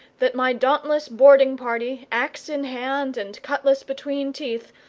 that my dauntless boarding-party, axe in hand and cutlass between teeth,